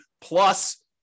plus